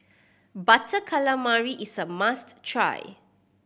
Butter Calamari is a must try